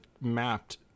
mapped